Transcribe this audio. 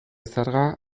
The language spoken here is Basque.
zerga